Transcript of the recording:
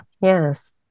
yes